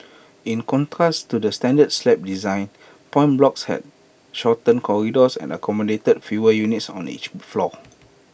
in contrast to the standard slab design point blocks had shorter corridors and accommodated fewer units on each floor